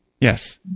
Yes